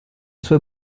sue